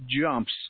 jumps